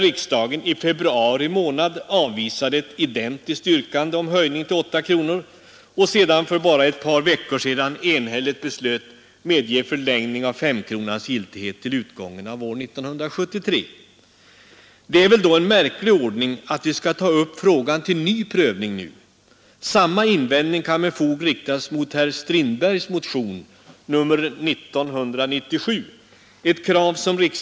Jag tror inte att det finns någon sådan socialdemokratisk valarbetare, men jag är säker på att det finns många gamla människor på ålderdomshem och på sjukhus som mycket väl vet hur det var på 1930-talet, innan socialdemokratin kom till makten. Ingen går omkring och oroar dem.